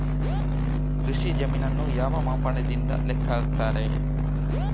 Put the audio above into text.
ಕೃಷಿ ಜಮೀನನ್ನು ಯಾವ ಮಾಪನದಿಂದ ಲೆಕ್ಕ ಹಾಕ್ತರೆ?